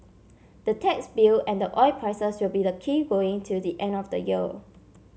the tax bill and the oil prices will be the key going till the end of the year